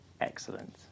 Excellent